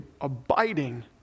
abiding